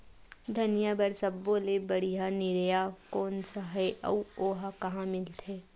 धनिया बर सब्बो ले बढ़िया निरैया कोन सा हे आऊ ओहा कहां मिलथे?